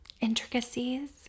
intricacies